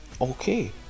okay